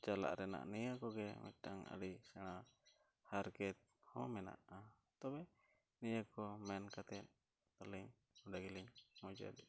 ᱪᱟᱞᱟᱜ ᱨᱮᱱᱟᱜ ᱱᱤᱭᱟᱹ ᱠᱚᱜᱮ ᱢᱤᱫᱴᱟᱝ ᱟᱹᱰᱤ ᱥᱮᱬᱟ ᱦᱟᱨᱠᱮᱛ ᱦᱚᱸ ᱢᱮᱱᱟᱜᱼᱟ ᱛᱚᱵᱮ ᱱᱤᱭᱟᱹᱠᱚ ᱢᱮᱱ ᱠᱟᱛᱮᱫ ᱛᱟᱦᱞᱮ ᱱᱚᱸᱰᱮ ᱜᱮᱞᱤᱧ ᱢᱩᱪᱟᱹᱫᱮᱫᱼᱟ